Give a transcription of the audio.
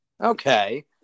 Okay